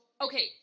okay